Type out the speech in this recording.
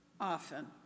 Often